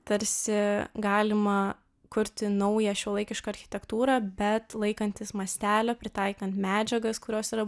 tarsi galima kurti naują šiuolaikišką architektūrą bet laikantis mastelio pritaikant medžiagas kurios yra